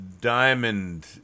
Diamond